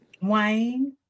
Wayne